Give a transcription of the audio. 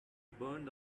burned